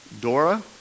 Dora